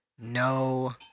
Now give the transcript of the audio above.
no